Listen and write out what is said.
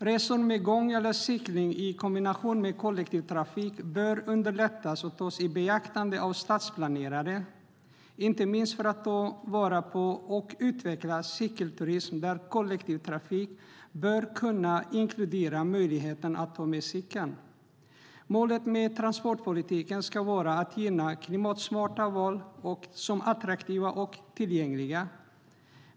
Resor till fots eller på cykel i kombination med kollektivtrafik bör underlättas och tas i beaktande av stadsplanerare, inte minst för att ta vara på och utveckla cykelturismen. Kollektivtrafik bör kunna inkludera möjligheten att ta med cykeln. Målet med transportpolitiken ska vara att gynna klimatsmarta val och göra dem attraktiva och tillgängliga.